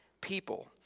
people